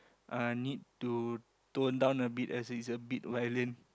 uh need to tone down a bit as it is a bit violent